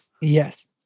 Yes